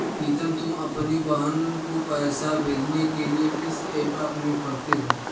प्रीतम तुम अपनी बहन को पैसे भेजने के लिए किस ऐप का प्रयोग करते हो?